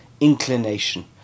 inclination